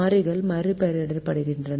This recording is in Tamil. மாறிகள் மறுபெயரிடப்படுகின்றன